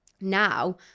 now